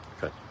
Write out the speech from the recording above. Good